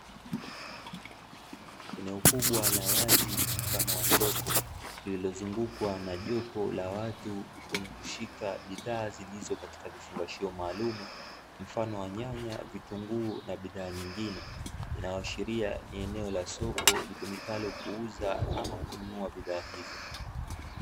Eneo kubwa la wazi mfano wa soko, lililozungukwa na jopo la watu wenye kushika bidhaa zilizo katika vifungashio maalumu, mfano wa nyanya, vitunguu na bidhaa nyingine, inayoashiria ni eneo la soko litumikalo kuuza ama kununua bidhaa hizo.